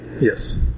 Yes